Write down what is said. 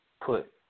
put